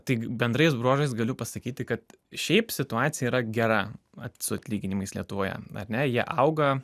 tai bendrais bruožais galiu pasakyti kad šiaip situacija yra gera vat su atlyginimais lietuvoje ar ne jie auga